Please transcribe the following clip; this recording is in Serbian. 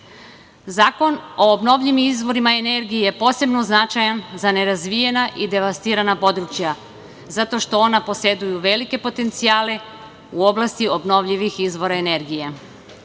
o obnovljivim izvorima energije posebno je značajan za nerazvijena i devastirana područja, zato što ona poseduju velike potencijale u oblasti obnovljivih izvora energije. Ja